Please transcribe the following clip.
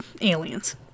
aliens